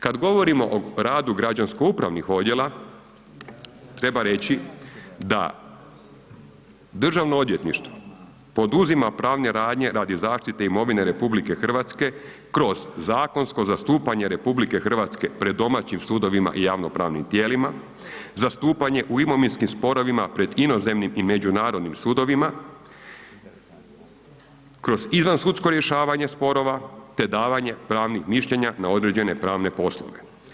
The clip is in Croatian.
Kad govorimo o radu građansko upravnih odjela, treba reći da državno odvjetništvo poduzima pravne radnje radi zaštite imovine RH kroz zakonsko zastupanje RH pred domaćim sudovima i javnopravnim tijelima, zastupanje u imovinskim sporovima pred inozemnim i međunarodnim sudovima kroz izvansudsko rješavanje sporova te davanje pravnih mišljenja na određene pravne poslove.